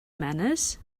manners